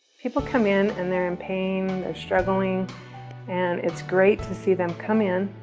people come in and they're in pain, they're struggling and it's great to see them come in,